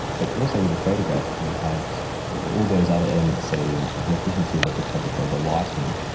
but also with a photograph you have all those other elements so the proficiency of the photographer, the lighting,